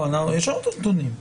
לא, יש עוד נתונים.